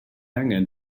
angen